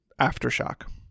Aftershock